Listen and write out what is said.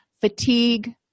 fatigue